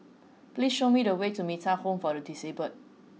please show me the way to Metta Home for the Disabled